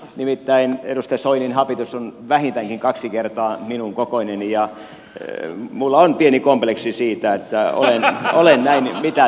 nimittäin edustaja soinin habitus on vähintäänkin kaksi kertaa minun kokoiseni ja minulla on pieni kompleksi siitä että olen näin mitätön